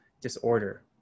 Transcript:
disorder